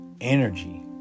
energy